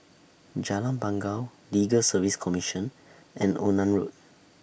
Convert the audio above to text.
Jalan Bangau Legal Service Commission and Onan Road